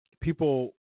People